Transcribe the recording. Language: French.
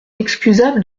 excusable